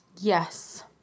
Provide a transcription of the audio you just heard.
Yes